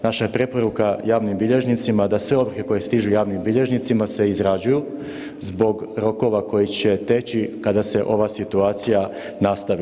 Naša je preporuka javnim bilježnicima da sve ovrhe javnim bilježnicima se izrađuju zbog rokova koji će teći kada se ova situacija nastavi.